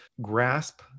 grasp